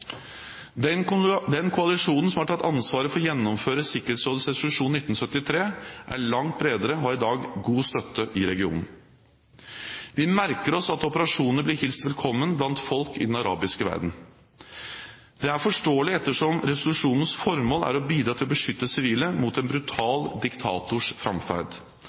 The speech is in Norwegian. Den koalisjonen som har tatt ansvar for å gjennomføre Sikkerhetsrådets resolusjon 1973, er langt bredere og har i dag god støtte i regionen. Vi merker oss at operasjonene blir hilst velkommen blant folk i den arabiske verden. Det er forståelig ettersom resolusjonens formål er å bidra til å beskytte sivile mot en brutal diktators framferd